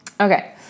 Okay